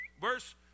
verse